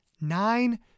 Nine